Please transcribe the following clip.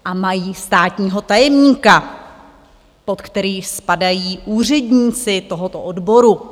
A mají státního tajemníka, pod kterého spadají úředníci tohoto odboru.